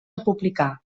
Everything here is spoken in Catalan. republicà